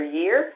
year